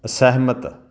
ਅਸਹਿਮਤ